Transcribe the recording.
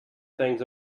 things